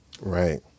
right